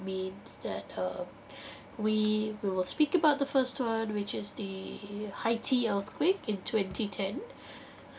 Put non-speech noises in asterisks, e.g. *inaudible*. mean that um *breath* we we will speak about the first one which is the haiti earthquake in twenty ten